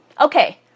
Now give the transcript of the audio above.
okay